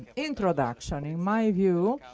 introduction in my view,